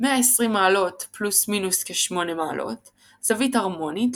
120° +/- כ-8° - זווית הרמונית,